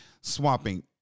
swapping